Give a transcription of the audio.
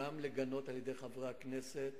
גם על-ידי גינוי של חברי הכנסת,